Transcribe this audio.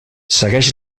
segueix